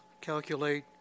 calculate